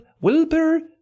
Wilbur